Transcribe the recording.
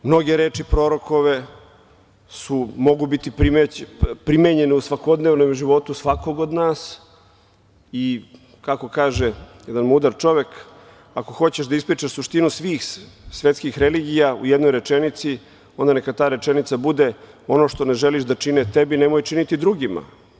Mnoge reči prorokove mogu biti primenjene u svakodnevnom životu svakoga od nas i kako kaže jedan mudar čovek – ako hoćeš da ispričaš suštinu svih svetskih religija u jednoj rečenici, onda neka ta rečenica bude: ono što ne želiš da čine tebi, nemoj činiti drugima.